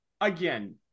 again